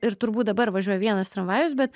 ir turbūt dabar važiuoja vienas tramvajus bet